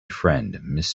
friend